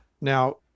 Now